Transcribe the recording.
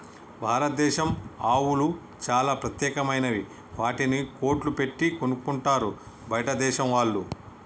భారతదేశం ఆవులు చాలా ప్రత్యేకమైనవి వాటిని కోట్లు పెట్టి కొనుక్కుంటారు బయటదేశం వాళ్ళు